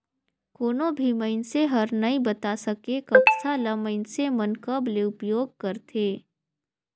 कोनो भी मइनसे हर नइ बता सके, कपसा ल मइनसे मन कब ले उपयोग करथे